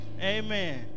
Amen